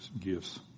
gifts